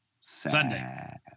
Sunday